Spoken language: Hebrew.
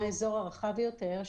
האזור הרחב יותר,